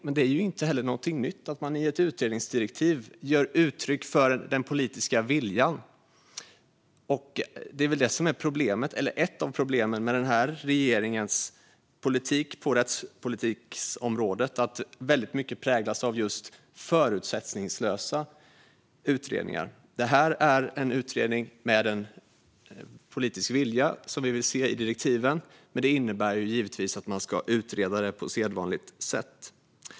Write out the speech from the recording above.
Men det är ju inte någonting nytt att man i ett utredningsdirektiv ger uttryck för den politiska viljan. Ett av problemen med den här regeringens politik på rättspolitikens område är att väldigt mycket präglas av just förutsättningslösa utredningar. Det här är en utredning med en politisk vilja som vi vill se i direktiven, men det innebär givetvis att man ska utreda detta på sedvanligt sätt.